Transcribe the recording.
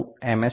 S